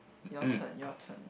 your turn your turn